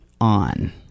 on